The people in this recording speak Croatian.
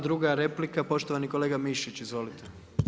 Druga replika poštovani kolega Mišić, izvolite.